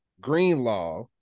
Greenlaw